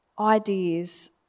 ideas